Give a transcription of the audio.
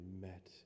met